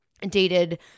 dated –